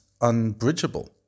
unbridgeable